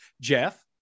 Jeff